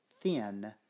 thin